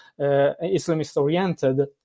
Islamist-oriented